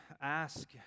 ask